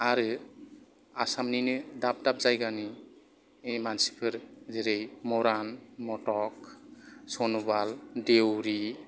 आरो आसामनिनो दाब दाब जायगानि मानसिफोर जेरै मरान मदक स'नवाल देवरि